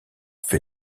fait